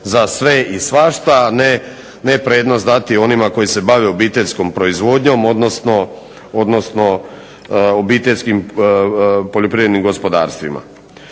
za sve i svašta, a ne prednost dati onima koji se bave obiteljskom proizvodnjom, odnosno obiteljskim poljoprivrednim gospodarstvima.